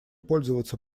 пользоваться